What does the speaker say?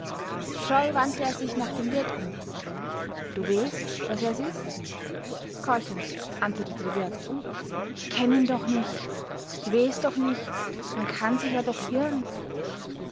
scheu wandte er sich nach dem wirt um du weeßt daß er's is keuchend antwortete der wirt ich kenn ihn doch nich ich weeß doch nich man kann sich doch irr'n